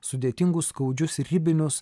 sudėtingus skaudžius ribinius